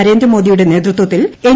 നരേന്ദ്രമോദിയുടെ നേതൃത്വത്തിൽ എൻ